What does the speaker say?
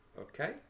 okay